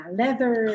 leather